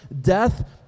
death